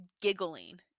giggling